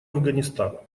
афганистана